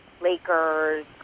Lakers